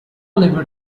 liver